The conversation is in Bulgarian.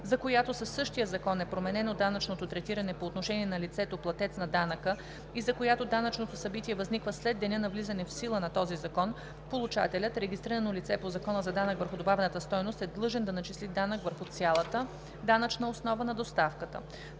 за която със същия закон е променено данъчното третиране по отношение на лицето платец на данъка и за която данъчното събитие възниква след деня на влизането в сила на този закон, получателят – регистрирано лице по Закона за данък върху добавената стойност, е длъжен да начисли данък върху цялата данъчна основа на доставката,